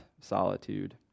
solitude